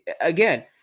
again